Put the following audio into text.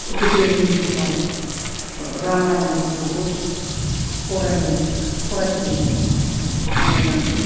गोदोनि समाव रामायण फोरखौबो फरानो फरायदोंमोन फरायनानै